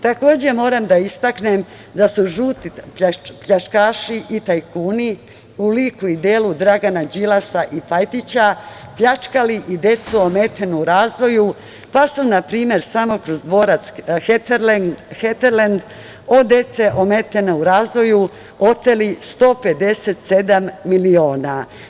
Takođe, moram da istaknem da su žuti pljačkaši i tajkuni u liku i delu Drgana Đilasa i Pajtića pljačkali i decu ometenu u razvoju, pa su, na primer, samo kroz dvorac „Heterlend“ od dece ometene u razvoju oteli 157 miliona.